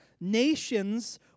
Nations